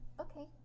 Okay